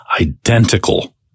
identical